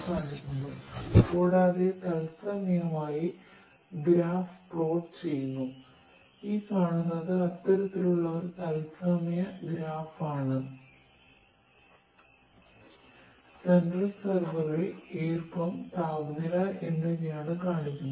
central സെർവറിൽ ഈർപ്പം താപനില എന്നിവ കാണിക്കുന്നു